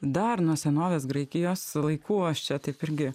dar nuo senovės graikijos laikų aš čia taip irgi